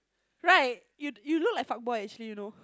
right you you look like fuck boy actually you know